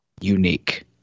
unique